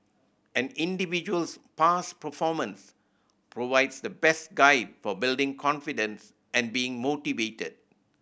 an individual's past performance provides the best guide for building confidence and being motivated